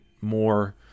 more